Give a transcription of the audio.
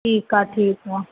ठीकु आहे ठीकु आहे